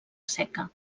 seca